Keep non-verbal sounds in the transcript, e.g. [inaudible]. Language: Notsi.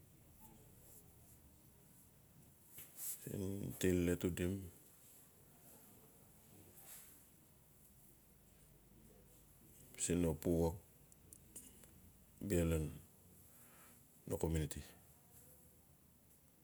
[hesitation] di let to dim [noise] siin no pu work bia lan no comuniti.